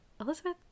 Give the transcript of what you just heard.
Elizabeth